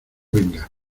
venga